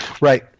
right